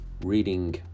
reading